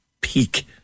peak